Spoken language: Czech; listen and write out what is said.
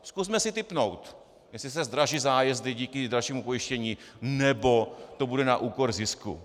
Zkusme si tipnout, jestli se zdraží zájezdy díky dražšímu pojištění, nebo to bude na úkor zisku.